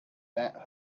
bent